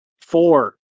Four